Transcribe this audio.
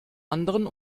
anderen